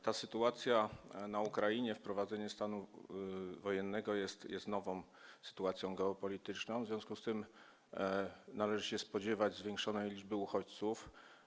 Ta sytuacja na Ukrainie - wprowadzenie stanu wojennego - jest nową sytuacją geopolityczną, w związku z tym należy się spodziewać zwiększonej liczby uchodźców.